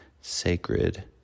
sacred